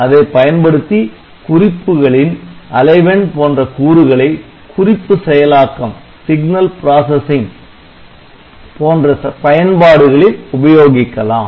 அதை பயன்படுத்தி குறிப்புகளின் அலைவெண் போன்ற கூறுகளை "குறிப்பு செயலாக்கம்" போன்ற பயன்பாடுகளில் உபயோகிக்கலாம்